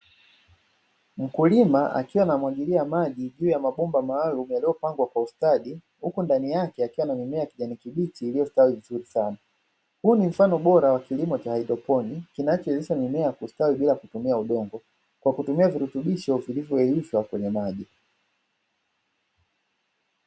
Mkulima akiwa anamwagilia maji juu ya mabomba maalumu, yaliopangwa kwa ustadi, huku ndani yake yakiwa na mimea ya kijani kibichi, iliyostawi vizuri sana. Huu ni mfano mzuri wa kilimo cha haidroponi kinachowezesha mimea kustawi bila kutumia udongo kwa kutumia virutubisho vilivyoyeyushwa kwenye maji.